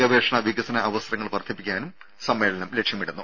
ഗവേഷണ വികസന അവസരങ്ങൾ വർദ്ധിപ്പിക്കാനും സമ്മേളനം ലക്ഷ്യമിടുന്നു